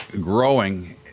growing